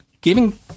giving